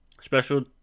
special